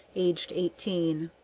aged eighteen.